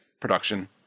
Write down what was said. production